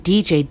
dj